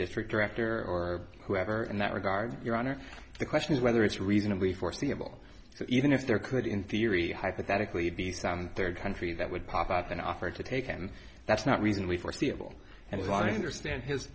district director or whoever in that regard your honor the question is whether it's reasonably foreseeable that even if there could in theory hypothetically be sound third country that would pop up and offer to take and that's not reasonably foreseeable and was understand his